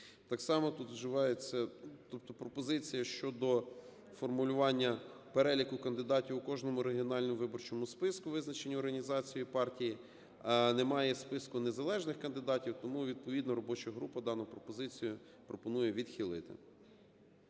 так само тут вживається… Тобто пропозиція щодо формулювання переліку кандидатів у кожному регіональному виборчому списку, визначені організацією партії, а немає списку незалежних кандидатів. Тому відповідно робоча група дану пропозицію пропонує відхилити.